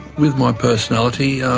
with my personality.